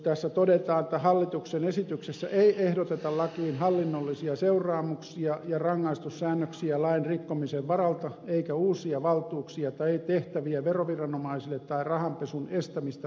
tässä todetaan että hallituksen esityksessä ei ehdoteta lakiin hallinnollisia seuraamuksia ja rangaistussäännöksiä lain rikkomisen varalta eikä uusia valtuuksia tai tehtäviä veroviranomaisille tai rahanpesun estämistä valvoville viranomaisille